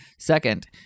Second